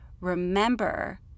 remember